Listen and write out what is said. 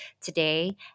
today